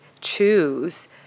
choose